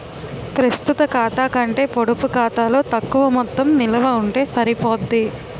ప్రస్తుత ఖాతా కంటే పొడుపు ఖాతాలో తక్కువ మొత్తం నిలవ ఉంటే సరిపోద్ది